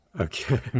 Okay